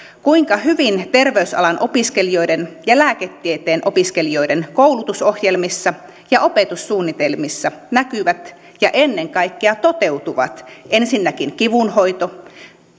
kuinka hyvin terveysalan opiskelijoiden ja lääketieteen opiskelijoiden koulutusohjelmissa ja opetussuunnitelmissa näkyvät ja ennen kaikkea toteutuvat ensinnäkin kivunhoito